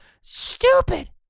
stupid